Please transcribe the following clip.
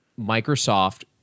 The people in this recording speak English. microsoft